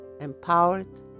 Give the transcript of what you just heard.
empowered